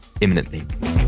imminently